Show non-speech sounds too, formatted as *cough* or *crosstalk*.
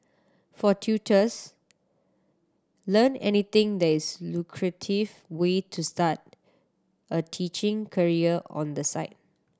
for tutors Learn Anything *unintelligible* lucrative way to start a teaching career on the side